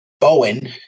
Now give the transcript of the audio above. Bowen